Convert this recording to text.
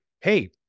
hey